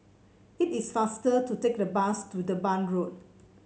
it is faster to take the bus to Durban Road